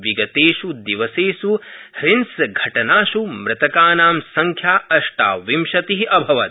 विगतेष् दिवसेष् हिंसायां मृतकानां संख्या अष्टाविंशति अभवत्